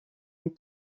les